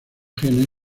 genes